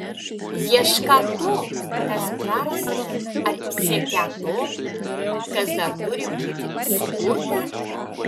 iešką to kas prarasta ar siekią to kas dar turi būti sukurta